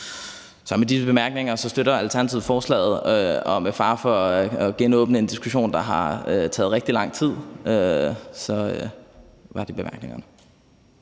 Med disse bemærkninger støtter Alternativet forslaget. Og med fare for at genåbne en diskussion, der har taget rigtig lang tid, var det bemærkningerne.